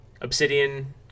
Obsidian